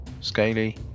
Scaly